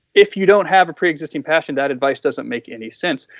if you don't have a preexisting passion that advice doesn't make any sense.